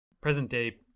present-day